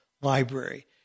library